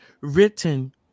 written